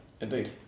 indeed